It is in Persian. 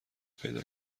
پیدا